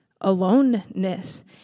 aloneness